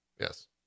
yes